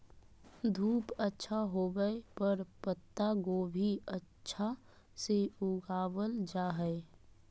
धूप अच्छा होवय पर पत्ता गोभी अच्छा से उगावल जा हय